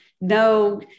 no